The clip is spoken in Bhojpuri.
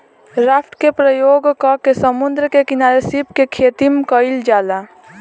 राफ्ट के प्रयोग क के समुंद्र के किनारे सीप के खेतीम कईल जाला